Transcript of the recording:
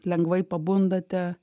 lengvai pabundate